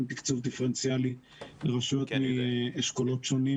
תקצוב דיפרנציאלי לרשויות מאשכולות שונים.